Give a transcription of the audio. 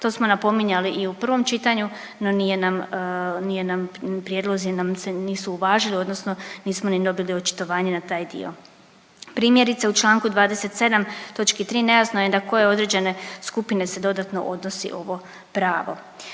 to smo napominjali i u prvom čitanju, no nije nam, nije nam prijedlozi nam se nisu uvažili odnosno nismo ni dobili očitovanje na taj dio. Primjerice u čl. 27 točki 3 nejasno je na koje određene skupine se dodatno odnosi ovo pravo.